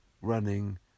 running